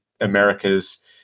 Americas